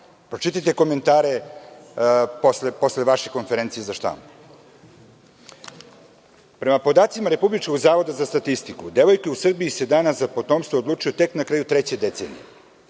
Pročitajte komentare posle vaše konferencije za štampu. Prema podacima Republičkog zavoda za statistiku, devojke u Srbiji se danas za potomstvo odlučuju tek na kraju treće decenije.